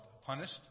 punished